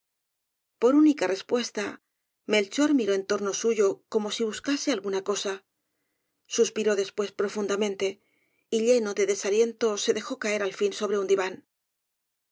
por única respuesta melchor miró en torno suyo como si buscase alguna cosa suspiró después profundamente y lleno de desaliento se dejó caer al fin sobre un diván